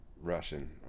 Russian